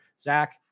Zach